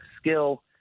skill